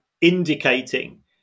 indicating